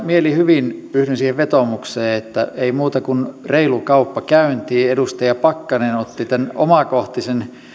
mielihyvin yhdyn siihen vetoomukseen että ei muuta kuin reilu kauppa käyntiin edustaja pakkanen otti tämän omakohtaisen